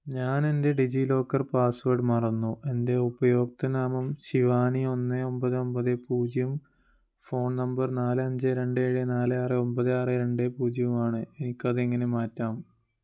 ഞാനെൻ്റെ ഡിജിലോക്കർ പാസ്വേഡ് മറന്നു എൻ്റെ ഉപയോക്തൃനാമം ശിവാനി ഒന്ന് ഒമ്പത് ഒമ്പത് പൂജ്യം ഫോൺ നമ്പർ നാല് അഞ്ച് രണ്ട് ഏഴ് നാല് ആറ് ഒമ്പത് ആറ് രണ്ട് പൂജ്യവുമാണ് എനിക്ക് അതെങ്ങനെ മാറ്റാം